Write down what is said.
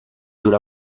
una